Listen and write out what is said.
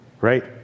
right